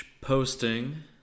posting